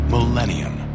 Millennium